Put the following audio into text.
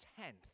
tenth